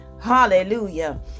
Hallelujah